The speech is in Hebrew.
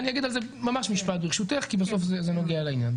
אני אגיד על זה ממש משפט ברשותך כי בסוף זה נוגע לעניין.